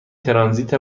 ترانزیت